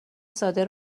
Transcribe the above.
ساده